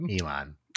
elon